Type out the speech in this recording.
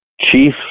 chief